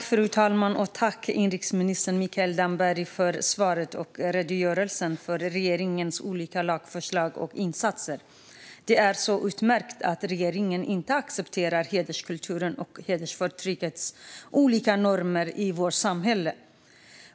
Fru talman! Tack, inrikesminister Mikael Damberg, för svaret och redogörelsen för regeringens olika lagförslag och insatser! Det är utmärkt att regeringen inte accepterar hederskulturen och hedersförtryckets olika normer i vårt samhälle.